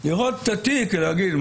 לראות את התיק ולהגיד,